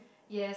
yes